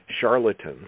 charlatans